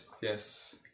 Yes